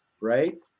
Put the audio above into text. right